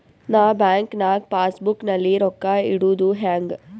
ನಾ ಬ್ಯಾಂಕ್ ನಾಗ passbook ನಲ್ಲಿ ರೊಕ್ಕ ಇಡುದು ಹ್ಯಾಂಗ್?